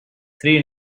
three